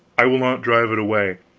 i will not drive it away.